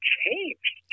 changed